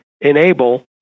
enable